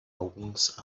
alguns